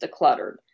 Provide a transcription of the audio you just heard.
decluttered